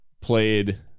Played